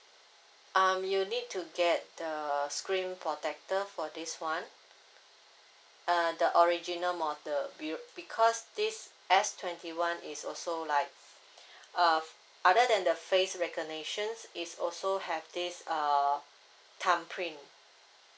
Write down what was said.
um you need to get the screen protector for this one uh the original model be~ because this S twenty one is also like uh other than the face recognitions it's also have this err thumb print